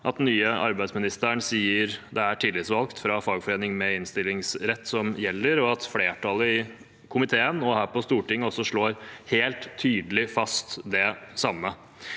den nye arbeidsministeren sier det er tillitsvalgt fra fagforening med innstillingsrett som gjelder, og at flertallet i komiteen her på Stortinget nå også slår helt tydelig fast det samme.